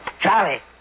Charlie